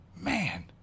Man